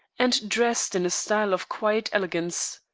and dressed in a style of quiet elegance.